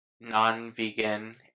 non-vegan